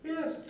Yes